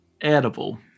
Edible